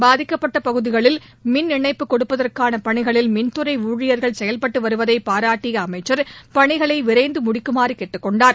பாதிக்கப்பட்டுள்ள பகுதிகளில் மின் இணைப்பு கொடுப்பதற்கான பணிகளில் மின்துறை ஊழியர்கள் செயல்பட்டு வருவதை பாராட்டிய அமைச்சர் பணிகளை விரைந்து முடிக்குமாறு கேட்டுக்கொண்டார்